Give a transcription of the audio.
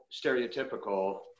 stereotypical